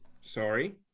Sorry